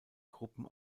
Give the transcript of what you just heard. gruppen